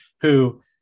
who-